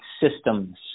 systems